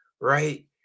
right